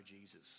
Jesus